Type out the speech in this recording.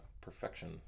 perfection